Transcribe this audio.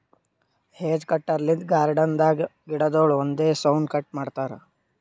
hedge cutter ಲಿಂತ್ garden ದಾಗ್ ಗಿಡಗೊಳ್ ಒಂದೇ ಸೌನ್ ಕಟ್ ಮಾಡ್ತಾರಾ